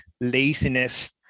laziness